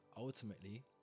Ultimately